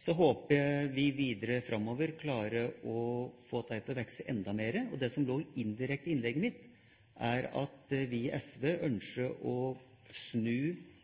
Så håper jeg at vi videre framover klarer å få dette til å vokse enda mer. Det som lå indirekte i innlegget mitt, er at vi i SV ønsker å